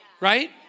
right